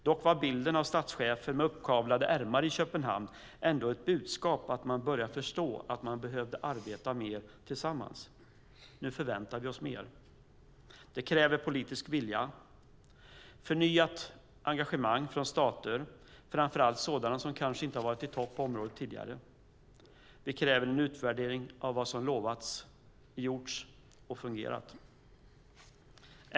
Dock var bilden av statschefer med uppkavlade ärmar i Köpenhamn ändå ett budskap att man började förstå att man behövde arbeta mer tillsammans. Nu förväntar vi oss mer. Det kräver politisk vilja och ett förnyat engagemang från stater, framför allt sådana som kanske inte varit i topp på området tidigare. Det kräver en utvärdering av vad som lovats, gjorts och fungerat.